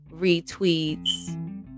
retweets